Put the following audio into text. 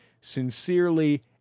Sincerely